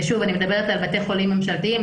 אני מדברת על בתי חולים ממשלתיים,